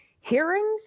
hearings